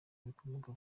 bikomoka